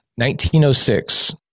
1906